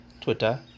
twitter